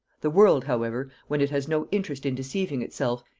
the world, however, when it has no interest in deceiving itself,